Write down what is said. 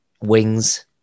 Wings